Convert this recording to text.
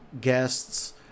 guests